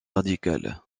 radicale